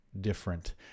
different